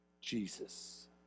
Jesus